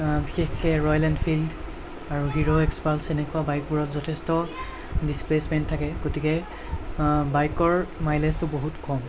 বিশেষকৈ Royal Enfield আৰু Hero Xpulse এনেকুৱা বাইকবোৰত যথেষ্ট ডিচপ্লেচমেণ্ট থাকে গতিকে বাইকৰ মাইলেজটো বহুত কম